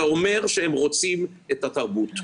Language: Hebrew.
זה אומר שהם רוצים את התרבות,